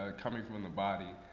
ah coming from and the body,